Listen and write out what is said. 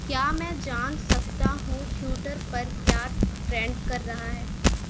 کیا میں جان سکتا ہوں ٹویٹر پر کیا ٹرینڈ کر رہا ہے